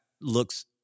looks